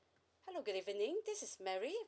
hello good evening this is mary